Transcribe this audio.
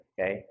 okay